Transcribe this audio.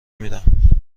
میدم